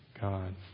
God